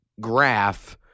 graph